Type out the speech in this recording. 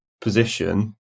position